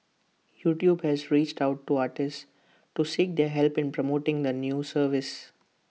YouTube has reached out to artists to seek their help in promoting the new service